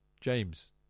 James